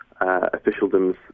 officialdom's